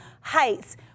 heights